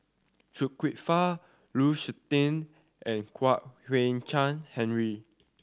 Kwek Fah Lu Suitin and Kwek Hian Chuan Henry